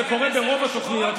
זה קורה ברוב התוכניות,